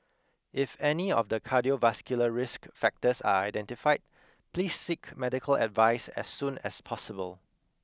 if any of the cardiovascular risk factors are identified please seek medical advice as soon as possible